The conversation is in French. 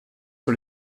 sur